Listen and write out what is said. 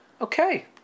Okay